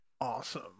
awesome